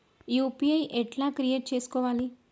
UPI ఎట్లా create చేసుకోవాలి?